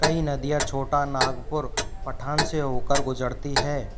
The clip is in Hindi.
कई नदियाँ छोटा नागपुर पठान से हो कर गुज़रती हैं